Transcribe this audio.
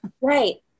Right